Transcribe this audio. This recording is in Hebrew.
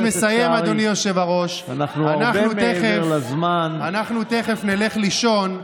אנחנו תכף נלך לישון,